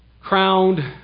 crowned